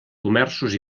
comerços